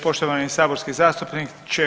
Poštovani saborski zastupniče.